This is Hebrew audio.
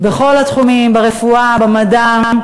בכל התחומים, ברפואה, במדע.